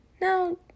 Now